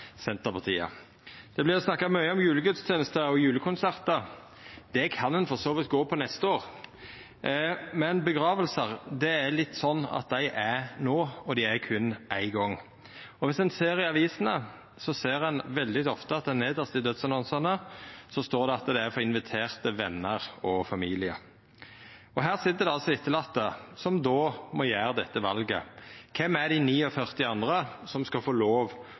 Senterpartiet. Det vert snakka mykje om julegudstenester og julekonsertar. Det kan ein for så vidt gå på neste år, men gravferder er no, og dei er berre éin gong. Viss ein ser i avisene, ser ein veldig ofte at det nedst i dødsannonsane står at det er for inviterte vener og familie. Her sit det altså etterlatne som må gjera dette valet: Kven er dei 49 andre som skal få lov